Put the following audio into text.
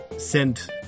Sent